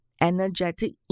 energetic